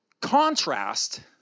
contrast